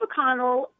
McConnell